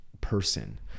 person